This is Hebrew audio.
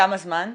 כמה זמן?